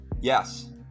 Yes